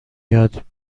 یاد